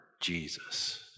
Jesus